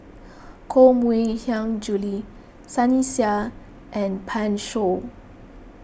Koh Mui Hiang Julie Sunny Sia and Pan Shou